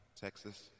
Texas